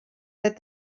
that